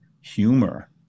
humor